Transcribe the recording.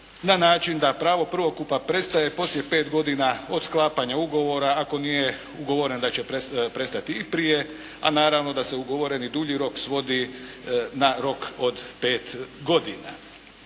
na način da pravo prvokupa prestaje poslije pet godina od sklapanja ugovora ako nije ugovoren da će prestati i prije, a naravno da se ugovoreni dulji rok svodi na rok od pet godina.